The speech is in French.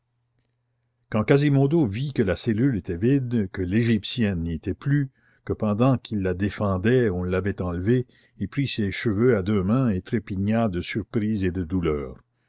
quand quasimodo vit que la cellule était vide que l'égyptienne n'y était plus que pendant qu'il la défendait on l'avait enlevée il prit ses cheveux à deux mains et trépigna de surprise et de douleur